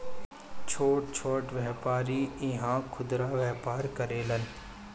छोट छोट व्यापारी इहा खुदरा व्यापार करेलन